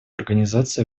организации